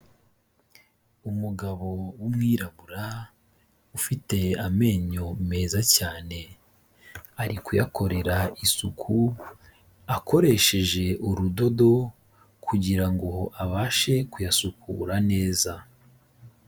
Umugabo w'umwirabura, ufite amenyo meza cyane, ari kuyakorera isuku akoresheje urudodo kugira ngo abashe kuyasukura neza.